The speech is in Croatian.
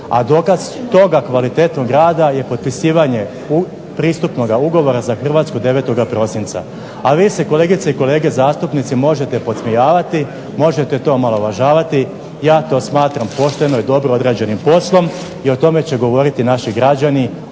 a dokaz toga kvalitetnog rada je potpisivanje pristupnoga ugovora za Hrvatsku 9. prosinca, a vi se kolegice i kolege zastupnici možete podsmijavati, možete to omalovažavati, ja to smatram pošteno i dobro odrađenim poslom i o tome će govoriti naši građani,